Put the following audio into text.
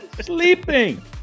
Sleeping